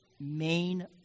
main